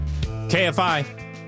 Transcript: KFI